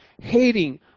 hating